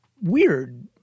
weird